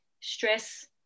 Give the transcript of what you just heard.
stress